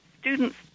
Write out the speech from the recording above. students